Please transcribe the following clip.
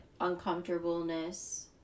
uncomfortableness